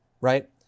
right